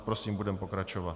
Prosím, budeme pokračovat.